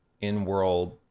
in-world